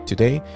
Today